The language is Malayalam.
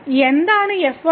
എന്താണ് f y 00